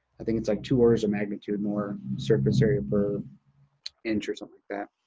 i think it's like two orders of magnitude more surface area per inch, or something like that.